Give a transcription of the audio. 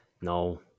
No